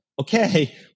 okay